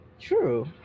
True